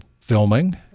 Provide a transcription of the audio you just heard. filming